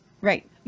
Right